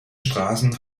straßen